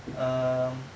err